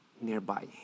nearby